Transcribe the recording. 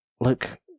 look